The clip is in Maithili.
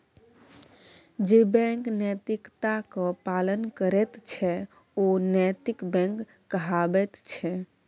जे बैंक नैतिकताक पालन करैत छै ओ नैतिक बैंक कहाबैत छै